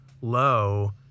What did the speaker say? low